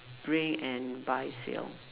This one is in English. bring and buy sale